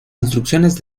instrucciones